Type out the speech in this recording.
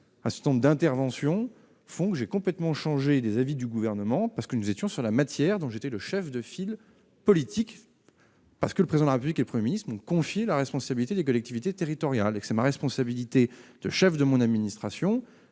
nombre d'interventions, j'ai complètement changé les avis du Gouvernement, parce que nous étions sur une matière dont j'étais le chef de file politique et que le Président de la République et le Premier ministre m'ont confié la responsabilité des collectivités territoriales. En tant que chef de mon administration,